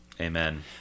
Amen